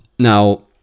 Now